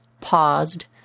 paused